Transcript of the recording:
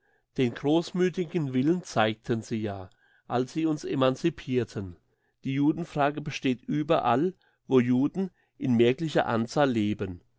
den grossmüthigen willen zeigten sie ja als sie uns emancipirten die judenfrage besteht überall wo juden in merklicher anzahl leben